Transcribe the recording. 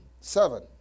seven